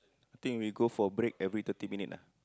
think we go for break every thirty minute ah